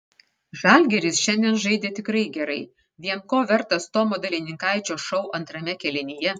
žalgiris šiandien žaidė tikrai gerai vien ko vertas tomo delininkaičio šou antrame kėlinyje